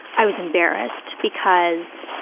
i was embarrassed because